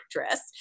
actress